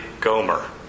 Gomer